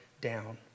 down